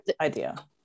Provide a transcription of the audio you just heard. idea